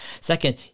Second